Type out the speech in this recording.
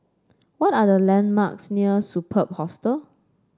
what are the landmarks near Superb Hostel